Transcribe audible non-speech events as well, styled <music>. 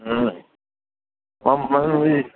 ꯎꯝ <unintelligible>